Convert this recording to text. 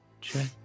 Check